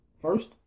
First